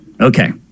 Okay